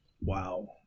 Wow